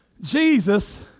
Jesus